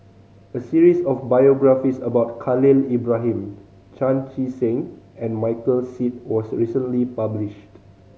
a series of biographies about Khalil Ibrahim Chan Chee Seng and Michael Seet was recently published